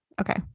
okay